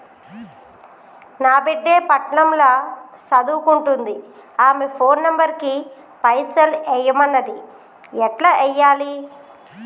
నా బిడ్డే పట్నం ల సదువుకుంటుంది ఆమె ఫోన్ నంబర్ కి పైసల్ ఎయ్యమన్నది ఎట్ల ఎయ్యాలి?